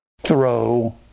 throw